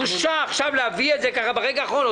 בושה עכשיו להביא את זה ברגע האחרון.